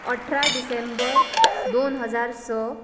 अठरा डिसेंबर दोन हजार स